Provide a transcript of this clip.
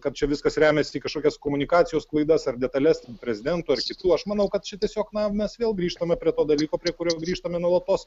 kad čia viskas remiasi į kažkokias komunikacijos klaidas ar detales prezidento ar kitų aš manau kad čia tiesiog na mes vėl grįžtame prie to dalyko prie kurio grįžtame nuolatos